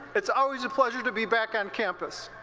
it's always a pleasure to be back on campus.